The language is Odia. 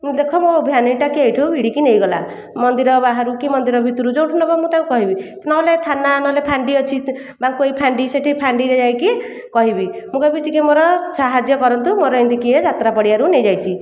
ଦେଖ ମୋ ଭେନିଟିଟା କିଏ ଏଇଠୁ ଭିଡ଼ିକି ନେଇଗଲା ମନ୍ଦିର ବାହାରକୁ କି ମନ୍ଦିର ଭିତରୁ ଯୋଉଠୁ ନେବ ମୁଁ ତା'କୁ କହିବି ନହେଲେ ଥାନା ନହେଲେ ଫାଣ୍ଡି ଅଛି ତ ବଂକୋଇ ଫାଣ୍ଡି ସେଠି ଫାଣ୍ଡିରେ ଯାଇକି କହିବି ମୁଁ କହିବି ଟିକେ ମୋର ସାହାଯ୍ୟ କରନ୍ତୁ ମୋର ଏମିତି କିଏ ଯାତ୍ରା ପଡ଼ିଆରୁ ନେଇଯାଇଚି